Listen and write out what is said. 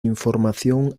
información